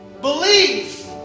Believe